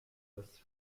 das